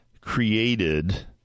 created